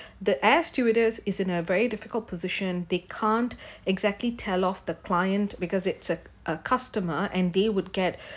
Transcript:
the air stewardess is in a very difficult position they can't exactly tell of the client because it's a a customer and they would get